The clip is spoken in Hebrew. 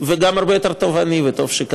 ומי נגד?